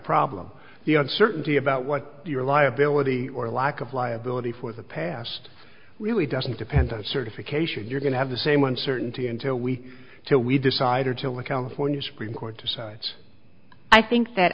problem the uncertainty about what your liability or lack of liability for the past really doesn't depend on a certification you're going to have the same uncertainty until we so we decided to what california supreme court decides i think that